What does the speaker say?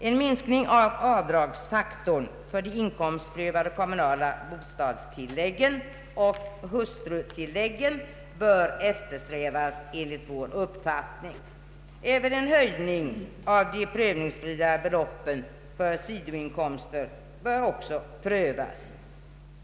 En minskning av avdragsfaktorn för de inkomstprövade kommunala bostadstillläggen och hustrutilläggen bör enligt vår uppfattning eftersträvas. Även en höjning av de avdragsfria beloppen för sidoinkomster bör kunna prövas.